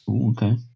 Okay